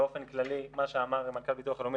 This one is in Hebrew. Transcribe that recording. באופן כללי מה שאמר מנכ"ל הביטוח הלאומי,